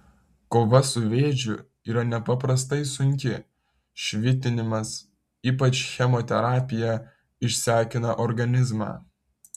kova su vėžiu yra nepaprastai sunki švitinimas ypač chemoterapija išsekina organizmą